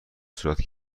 صورت